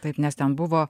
taip nes ten buvo